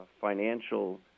financial